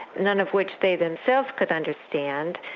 none of which they themselves could understand,